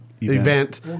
event